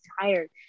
tired